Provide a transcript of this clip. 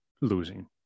losing